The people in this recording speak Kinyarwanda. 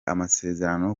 amasezerano